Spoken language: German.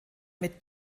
mit